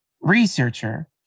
researcher